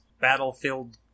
battlefield